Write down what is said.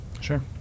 sure